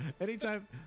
anytime